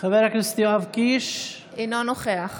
בעד גלעד קריב, נגד